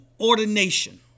ordination